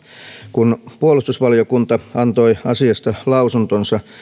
kun puolustusvaliokunta antoi asiasta lausuntonsa